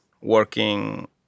working